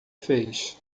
fez